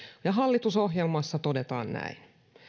ja hallitusohjelmassa todetaan näin